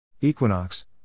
equinox